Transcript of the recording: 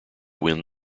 win